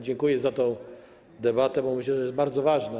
Dziękuję za tę debatę, bo myślę, że jest bardzo ważna.